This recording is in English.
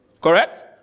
Correct